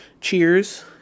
Cheers